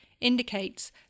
indicates